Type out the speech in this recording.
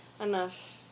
enough